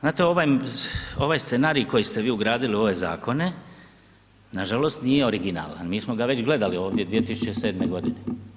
Znate ovaj scenarij koji ste vi ugradili u ove zakone nažalost nije originalan, mi smo ga već gledali ovdje 2007. godine.